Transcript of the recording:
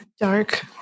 Dark